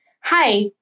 Hi